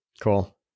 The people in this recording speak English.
Cool